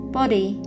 body